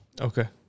Okay